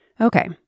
Okay